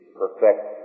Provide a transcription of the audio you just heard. perfect